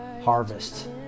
harvest